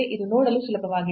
ಇದು ನೋಡಲು ಸುಲಭವಾಗಿದೆ